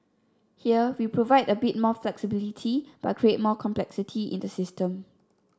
here we provide a bit more flexibility but create more complexity in the system